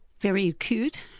very acute.